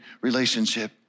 relationship